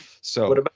So-